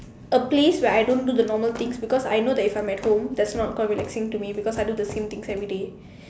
a place where I don't do the normal things because I know that if I'm at home that's not called relaxing to me because I do the same things everyday